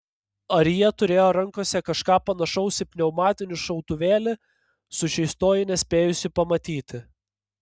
ar jie turėjo rankose kažką panašaus į pneumatinį šautuvėlį sužeistoji nespėjusi pamatyti